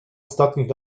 ostatnich